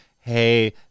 hey